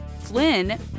Flynn